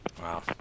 wow